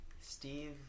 Steve